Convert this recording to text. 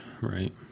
Right